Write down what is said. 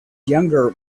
younger